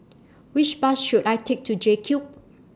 Which Bus should I Take to JCube